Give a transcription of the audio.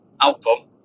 outcome